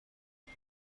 نمی